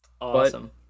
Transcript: Awesome